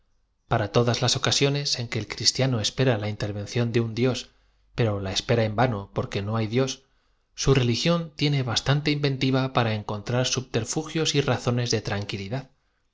ara todaa laa ocasiones en que el cristiano espera la intervención de un dios pero la espera en vano porque no h ay dios su r e li gión tiene bastante in ven tiva para encontrar subter fugios y razones de tranquilidad